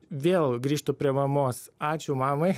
vėl grįžtu prie mamos ačiū mamai